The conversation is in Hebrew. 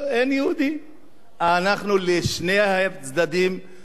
אנחנו, לשני הצדדים, אומרים היום באופן ברור: